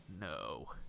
no